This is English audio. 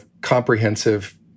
comprehensive